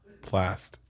Plast